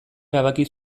erabaki